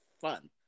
fun